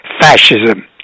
fascism